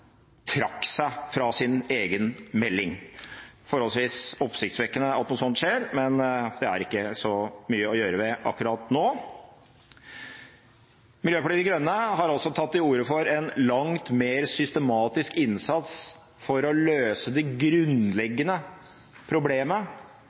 trakk seg fra sin egen melding. Det er forholdsvis oppsiktsvekkende at noe sånt skjer, men det er ikke så mye å gjøre med det akkurat nå. Miljøpartiet De Grønne har også tatt til orde for en langt mer systematisk innsats for å løse det